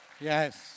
Yes